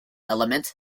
elements